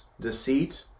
deceit